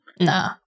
Nah